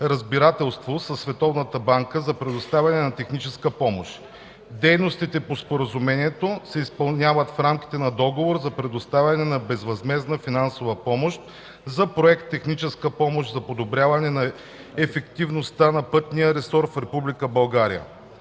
разбирателство със Световната банка за предоставяне на техническа помощ. Дейностите по споразумението се изпълняват в рамките на договор за предоставяне на безвъзмездна финансова помощ за проект „Техническа помощ за подобряване на ефективността на пътния сектор в